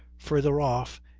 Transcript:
further off,